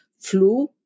flu